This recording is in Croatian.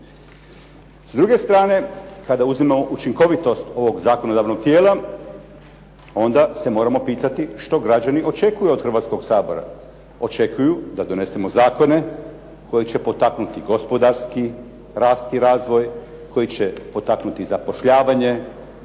S druge strane, kada uzimamo učinkovitost ovog zakonodavnog tijela onda se moramo pitati što građani očekuju od Hrvatskog sabora. Očekuju da donesemo zakone koji će potaknuti gospodarski rast i razvoj, koji će potaknuti zapošljavanje,